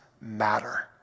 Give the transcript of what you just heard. matter